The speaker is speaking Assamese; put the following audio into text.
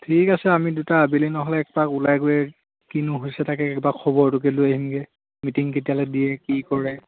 ঠিক আছে আমি দুটা আবেলি নহ'লে একপাক ওলাই গৈ কিনো হৈছে তাকে এবাৰ খবৰটোকে লৈ আহিমগৈ মিটিং কেতিয়ালৈ দিয়ে কি কৰে